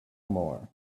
more